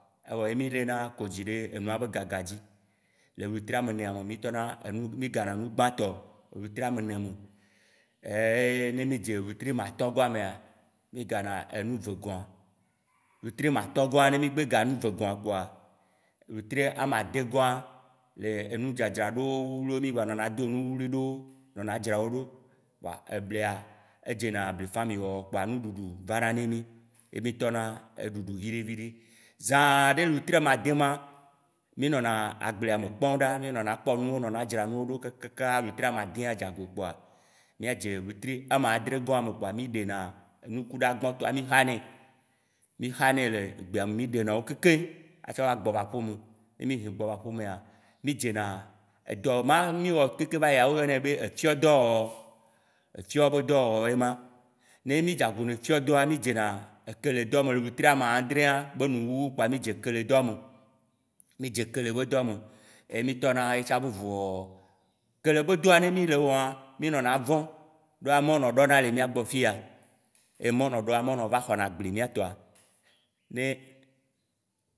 Evɔ ye mì lena kodzui ɖe enua be gaga dzi, le wetri amene me mì gana nu gbãtɔ le wetri ame ene me, ye ne mì dze wetri atɔ̃gɔa mea, mì gana nu vegɔa. Wetri amatɔ̃gɔa ne mì gbe ga nu vegɔ̃a kpoa, wetri ameadegɔ̃a enu dzadzra ɖo mì gba nɔna do nu wluiwlui ɖowo, nɔna dzra wo ɖo kpoa eblia edzena bliċmi wɔwɔ kpoa nuɖuɖu va na ne mì, ye mì tɔna ɖuɖu viɖe viɖe. Zã ɖe wetri ameade ma, mì nɔna agblea me kpom ɖaa, mì nɔna kpɔ nuwo, nɔna dzra nuwo ɖo, kaka wetri amadea dza go mìadze wetri ameadrē gɔ̃a mì ɖena nuku ɖa gbãtɔ, mì xanɛ le gbea me, mì ɖena wo keŋkeŋ atsɔ va gbɔ va aƒeme, mì ɖi gbɔ va aƒemea, mì dzena edɔ ma mì wɔ keŋkeŋ va yia, wo yɔnɛ be efiɔ dɔwɔwɔ, efiɔ be dɔ wɔwɔ ye wã, ne mì dze ago ne fiɔ dɔa, mì dzena kele dɔ me le wetri ameadrẽa be nuwuwu kpoa mì dze kele dɔ me, mì dze kele be dɔ me ye mì tɔna ye tsã be vu wɔwɔ. Kele be dɔa, ne mì le wɔa mì nɔna vɔ̃ ɖoa Mono ɖɔna le mìagbɔ fiya, ne mono ɖoa, eva xɔna agble mìatɔa ne